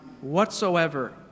whatsoever